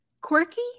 quirky